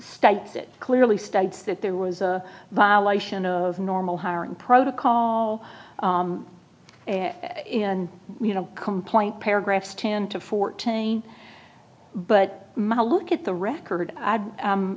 states it clearly states that there was a violation of normal hiring protocol and in a complaint paragraphs ten to fourteen but my look at the record